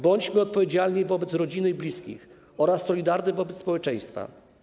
Bądźmy odpowiedzialni wobec rodziny i bliskich oraz solidarni wobec społeczeństwa.